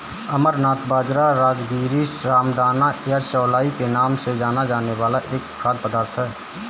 अमरनाथ बाजरा, राजगीरा, रामदाना या चौलाई के नाम से जाना जाने वाला एक खाद्य पदार्थ है